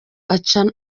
aca